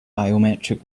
biometric